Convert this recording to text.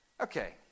Okay